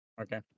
Okay